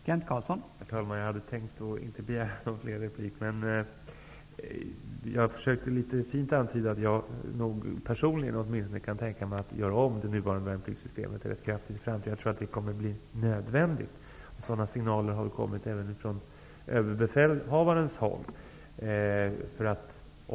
Herr talman! Jag hade inte tänkt begära ordet fler gånger. Jag försökte litet fint antyda att jag nog personligen åtminstone kan tänka mig att göra om det nuvarande värnpliktssystemet ganska kraftigt i framtiden. Jag tror att det kommer att bli nödvändigt. Sådana signaler har även kommit från överbefälhavarens håll.